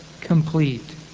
complete